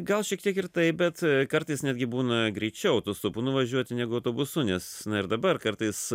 gal šiek tiek ir taip bet kartais netgi būna greičiau tu su ponu važiuoti negu autobusu nes na ir dabar kartais